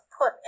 put